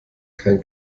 kein